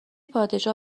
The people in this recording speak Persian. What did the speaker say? پادشاه